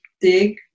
dig